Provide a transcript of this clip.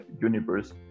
universe